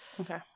Okay